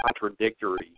contradictory